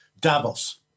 Davos